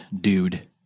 dude